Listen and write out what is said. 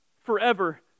forever